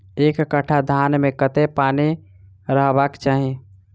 एक कट्ठा धान मे कत्ते पानि रहबाक चाहि?